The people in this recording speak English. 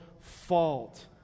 fault